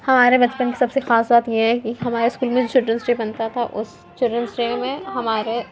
ہمارے بچپن کی سب سے خاص بات یہ ہے کہ ہمارے اسکول میں جو چلڈرنس ڈے منتا تھا اس چلڈرنس ڈے میں ہمارے